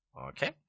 Okay